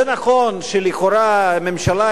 זה נכון שלכאורה ממשלה,